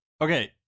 Okay